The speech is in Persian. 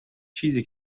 چیزی